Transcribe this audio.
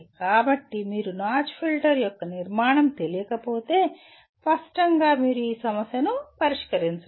కాబట్టి మీరు notch filter యొక్క నిర్మాణం తెలియకపోతే స్పష్టంగా మీరు ఈ సమస్యను పరిష్కరించలేరు